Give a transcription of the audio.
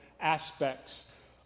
aspects